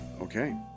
Okay